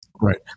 Right